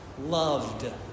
loved